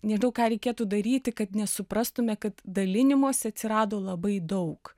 nežinau ką reikėtų daryti kad nesuprastume kad dalinimosi atsirado labai daug